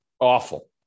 Awful